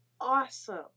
awesome